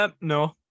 no